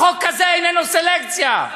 החוק הזה איננו סלקציה.